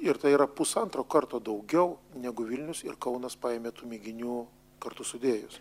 ir tai yra pusantro karto daugiau negu vilnius ir kaunas paėmė tų mėginių kartu sudėjus